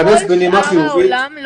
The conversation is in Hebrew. אם כוללים את החולים הקשים,